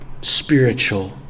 spiritual